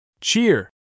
Cheer